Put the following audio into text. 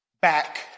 back